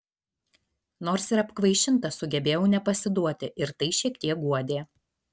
nors ir apkvaišinta sugebėjau nepasiduoti ir tai šiek tiek guodė